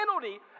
penalty